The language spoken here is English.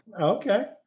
okay